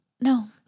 No